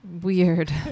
weird